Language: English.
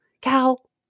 Cal